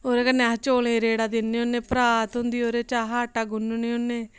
ओह्दे कन्नै अस चोलें गी रेड़ा दिन्ने होन्ने परात होंदी ओह्दे च अस आटा गुन्नने होन्ने